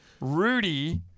Rudy